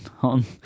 on